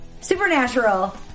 Supernatural